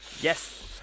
Yes